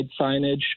signage